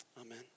Amen